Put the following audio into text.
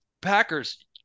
Packers